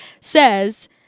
says